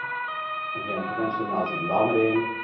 again, prevention of nausea and vomiting.